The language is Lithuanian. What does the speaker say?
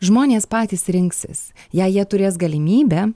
žmonės patys rinksis jei jie turės galimybę